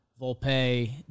Volpe